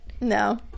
no